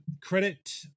credit